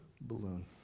balloon